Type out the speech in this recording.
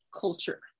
culture